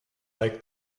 like